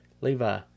Levi